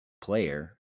player